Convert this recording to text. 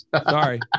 Sorry